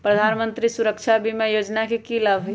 प्रधानमंत्री सुरक्षा बीमा योजना के की लाभ हई?